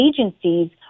agencies